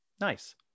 Nice